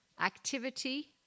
activity